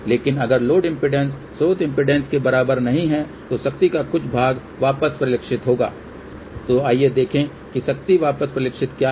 लेकिन अगर load impedance स्रोत इम्पीडेन्स के बराबर नहीं हैतो शक्ति का कुछ भाग वापस परिलक्षित होगी तो आइए देखें कि शक्ति वापस परिलक्षित क्या है